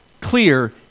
clear